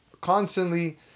constantly